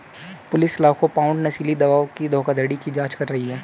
police लाखों pound नशीली दवाओं की धोखाधड़ी की जांच कर रही है